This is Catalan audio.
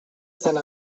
sant